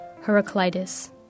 Heraclitus